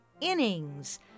innings